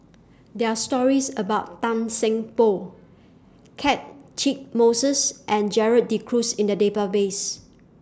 There Are stories about Tan Seng Poh Catchick Moses and Gerald De Cruz in The Database